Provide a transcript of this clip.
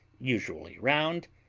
usually round,